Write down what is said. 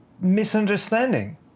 misunderstanding